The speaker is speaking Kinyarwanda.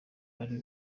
ari